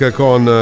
con